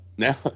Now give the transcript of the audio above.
now